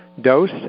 dose